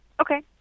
Okay